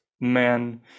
man